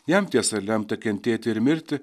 jam tiesa lemta kentėti ir mirti